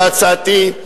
להצעתי,